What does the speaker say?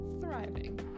thriving